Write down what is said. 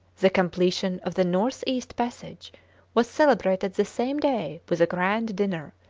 the completion of the north-east passage was celebrated the same day with a grand dinner,